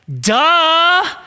duh